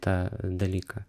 tą dalyką